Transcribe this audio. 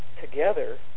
together